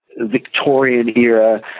Victorian-era